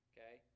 Okay